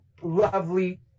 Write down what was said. lovely